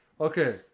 Okay